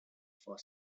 for